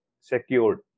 secured